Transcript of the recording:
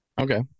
Okay